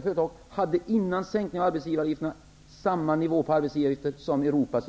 företag före sänkningen av arbetsgivaravgiften låg på samma nivå som genomsnittet i Europa. Nu är nivån lägre här.